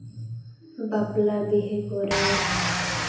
ᱵᱟᱯᱞᱟ ᱵᱤᱦᱟᱹ ᱠᱚᱨᱮᱫ